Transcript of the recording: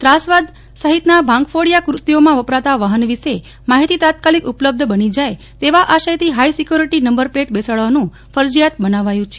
ત્રાસવાદ સહિતના ભાંગફોડીયા કૃત્યોમાં વપરાતા વાહન વિશે માહિતી તાત્કાલિક ઉપલબ્ધ બની જાય તેવા આશયથી હાઈ સિક્યોરીટી નંબર પ્લેટ બેસાડવાનું ફરજિયાત બનાવાયું છે